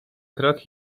krok